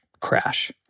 crash